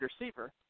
receiver